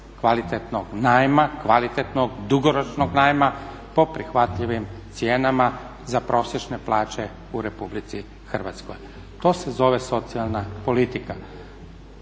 kvalitetnog najma, kvalitetnog dugoročnog najma po prihvatljivim cijenama za prosječne plaće u RH. To se zove socijalna politika.